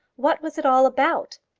what was it all about?